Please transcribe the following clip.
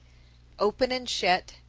open and shet,